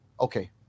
okay